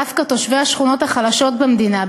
דווקא תושבי השכונות החלשות במדינה,